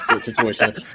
situation